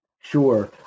Sure